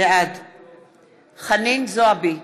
בעד חנין זועבי,